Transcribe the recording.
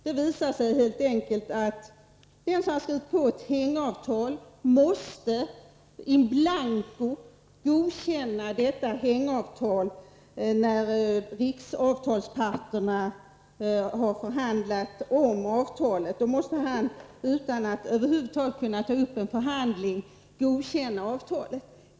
Det visar sig helt enkelt att den som har skrivit på ett hängavtal måste in blanco godkänna detta hängavtal när riksavtalsparterna har förhandlat om avtalet. Då måste han, utan att över huvud taget kunna ta upp en förhandling, godkänna avtalet.